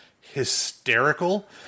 hysterical